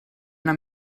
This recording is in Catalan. una